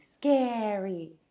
Scary